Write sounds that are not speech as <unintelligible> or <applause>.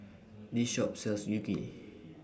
This Shop sells <unintelligible>